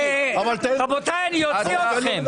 --- רבותיי, אני אוציא אתכם.